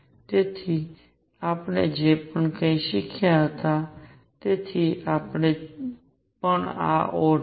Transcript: તેથી આપણે જે કંઈ શીખ્યા હતા તેની સાથે પણ આ ઓડ હતો